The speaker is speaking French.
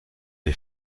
les